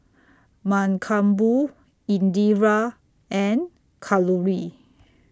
Mankombu Indira and Kalluri